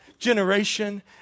Generation